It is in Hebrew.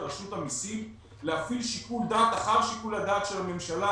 לרשות המסים להפעיל שיקול דעת אחר שיקול הדעת של הממשלה,